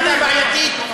הייתה בעייתית,